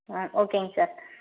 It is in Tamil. ஆ ஓகேங்க சார்